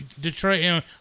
Detroit